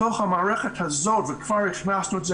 בתוך המערכת הזאת וכבר הכנסנו את זה